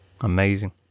Amazing